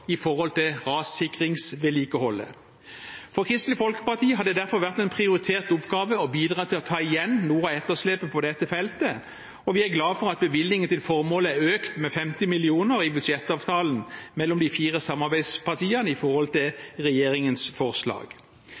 rassikringsvedlikeholdet. For Kristelig Folkeparti har det derfor vært en prioritert oppgave å bidra til å ta igjen noe av etterslepet på dette feltet, og vi er glad for at bevilgningen til formålet er økt med 50 mill. kr i budsjettavtalen mellom de fire samarbeidspartiene i forhold til regjeringens forslag.